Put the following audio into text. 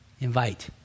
invite